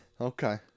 okay